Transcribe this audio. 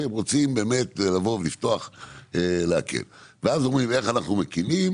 הם רוצים להקל ואז אומרים איך אנחנו מקלים?